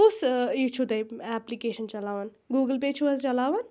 کُس یہِ چھُو تۄہہِ ایپلِکیشَن چلاوان گوٗگُل پیٚے چھُو حظ چلاوان